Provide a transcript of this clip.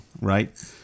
right